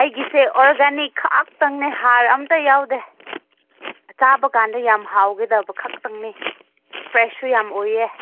ꯑꯩꯒꯤꯁꯦ ꯑꯣꯔꯒꯥꯅꯤꯛ ꯈꯛꯇꯪꯅꯦ ꯍꯥꯔ ꯑꯃꯠꯇ ꯌꯥꯎꯗꯦ ꯆꯥꯕ ꯀꯥꯟꯗ ꯌꯥꯝ ꯍꯥꯎꯒꯗꯕ ꯈꯛꯇꯪꯅꯤ ꯐ꯭ꯔꯦꯁꯁꯨ ꯌꯥꯝ ꯑꯣꯏꯌꯦ